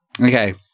Okay